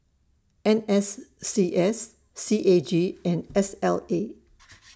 N S C S C A G and S L A